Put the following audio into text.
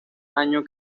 año